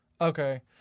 Okay